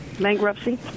bankruptcy